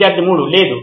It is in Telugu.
విద్యార్థి 3 లేదు